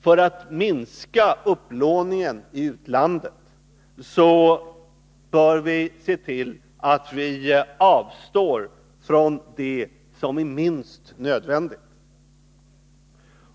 För att minska upplåningen i utlandet bör vi naturligtvis se till att vi avstår från det som är minst nödvändigt.